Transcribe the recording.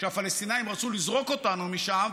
כשהפלסטינים רצו לזרוק אותנו משם,